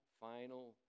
final